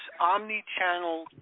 omni-channel